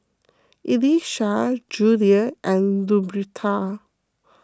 Elisha Julia and Luberta